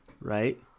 right